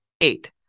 eight